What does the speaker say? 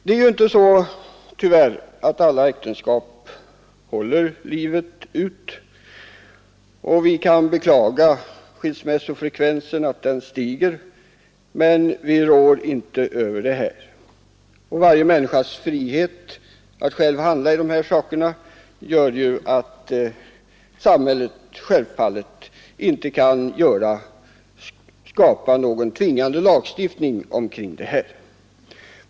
Alla äktenskap håller tyvärr inte livet ut, och vi kan beklaga att Nr 106 skilsmässofrekvensen stiger, men vi rår inte över det. Varje människas frihet att själv handla i hithörande frågor gör att samhället självfallet inte kan skapa någon tvingande lagstiftning härvidlag.